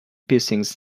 piercings